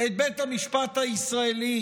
את בית המשפט הישראלי,